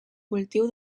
cultiu